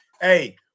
hey